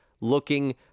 looking